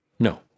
No